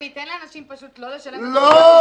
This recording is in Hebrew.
אז ניתן לאנשים פשוט לא לשלם --- כסף ציבורי.